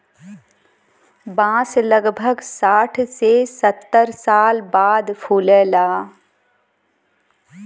बांस लगभग साठ से सत्तर साल बाद फुलला